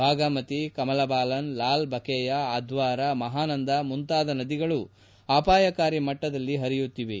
Bagmati Kamla Balan Lalbakeya Adhwara Mahananda ಮುಂತಾದ ನದಿಗಳು ಅಪಾಯಕಾರಿ ಮಟ್ಟದಲ್ಲಿ ಹರಿಯುತ್ತಿವೆ